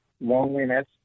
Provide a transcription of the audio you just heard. loneliness